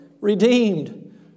redeemed